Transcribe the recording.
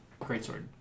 Greatsword